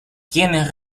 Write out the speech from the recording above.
quienes